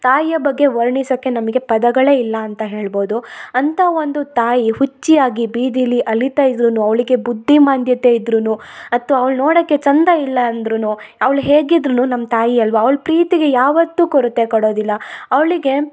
ತಾಯಿಯ ಬಗ್ಗೆ ವರ್ಣಿಸಕೆ ನಮಗೆ ಪದಗಳೇ ಇಲ್ಲ ಅಂತ ಹೇಳ್ಬೋದು ಅಂತ ಒಂದು ತಾಯಿ ಹುಚ್ಚಿ ಆಗಿ ಬೀದಿಲಿ ಅಲಿತ ಇದ್ದರೂನು ಅವಳಿಗೆ ಬುದ್ಧಿಮಾಂದ್ಯತೆ ಇದ್ದರೂನು ಅಥ್ವ ಅವ್ಳ ನೋಡೋಕೆ ಚಂದ ಇಲ್ಲ ಅಂದ್ರುನು ಅವ್ಳ ಹೇಗಿದ್ದರೂನು ನಮ್ಗ ತಾಯಿ ಅಲ್ಲವಾ ಅವ್ಳ ಪ್ರೀತಿಗೆ ಯಾವತ್ತು ಕೊರತೆ ಕೊಡೋದಿಲ್ಲ ಅವಳಿಗೆ